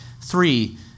Three